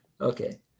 okay